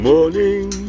Morning